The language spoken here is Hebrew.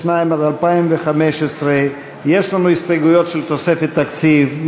לשנת 2015. יש לנו הסתייגויות של תוספת תקציב,